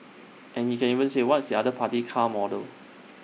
and he can even say what's the other party's car model